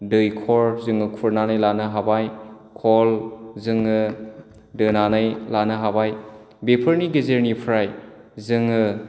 दैखर जोङो खुरनानै लानो हाबाय खल जोंनो दोनानै लानो हाबाय बेफोरनि गेजेरनिफ्राय जोङो